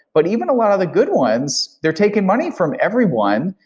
but even a lot of the good ones, they're taking money from everyone.